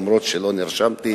למרות שלא נרשמתי,